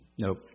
Nope